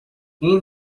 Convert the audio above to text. این